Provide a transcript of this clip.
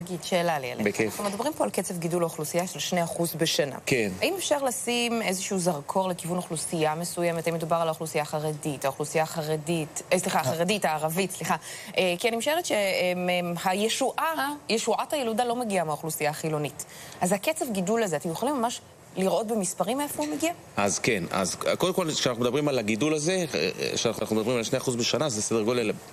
אני רוצה להגיד שאלה לי אליך. אנחנו מדברים פה על קצב גידול האוכלוסייה של 2 אחוז בשנה. כן. האם אפשר לשים איזשהו זרקור לכיוון אוכלוסייה מסוימת, אם מדובר על האוכלוסייה החרדית, האוכלוסייה החרדית, סליחה, החרדית הערבית, סליחה. כי אני משערת שהישועה, ישועת הילודה לא מגיעה מהאוכלוסייה החילונית. אז הקצב גידול הזה, את יכולה ממש לראות במספרים איפה הוא מגיע? אז כן, אז קודם כל, כשאנחנו מדברים על הגידול הזה, כשאנחנו מדברים על 2% בשנה, זה סדר גודל.